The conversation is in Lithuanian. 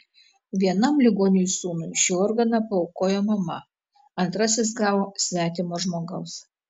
vienam ligoniui sūnui šį organą paaukojo mama antrasis gavo svetimo žmogaus